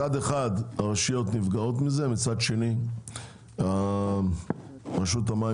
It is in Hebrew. מצד אחד הרשויות נפגעות מכך ומצד שני רשות המים